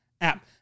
app